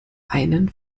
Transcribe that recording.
einen